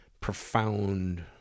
profound